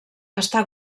està